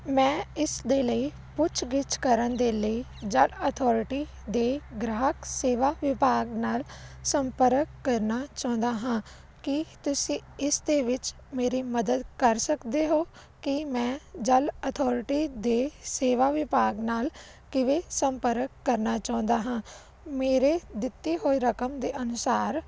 ਮੈਂ ਇਸ ਦੇ ਲਈ ਪੁੱਛ ਗਿੱਛ ਕਰਨ ਦੇ ਲਈ ਜਨ ਅਥੋਰਿਟੀ ਦੇ ਗ੍ਰਾਹਕ ਸੇਵਾ ਵਿਭਾਗ ਨਾਲ ਸੰਪਰਕ ਕਰਨਾ ਚਾਹੁੰਦਾ ਹਾਂ ਕੀ ਤੁਸੀਂ ਇਸ ਦੇ ਵਿੱਚ ਮੇਰੀ ਮਦਦ ਕਰ ਸਕਦੇ ਹੋ ਕਿ ਮੈਂ ਜਲ ਅਥੋਰਟੀ ਦੇ ਸੇਵਾ ਵਿਭਾਗ ਨਾਲ ਕਿਵੇਂ ਸੰਪਰਕ ਕਰਨਾ ਚਾਹੁੰਦਾ ਹਾਂ ਮੇਰੇ ਦਿੱਤੀ ਹੋਏ ਰਕਮ ਦੇ ਅਨੁਸਾਰ